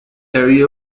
area